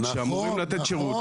שאמורים לתת שירות,